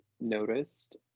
noticed